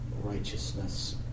righteousness